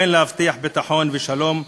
להבטיח ביטחון ושלום.